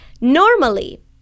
Normally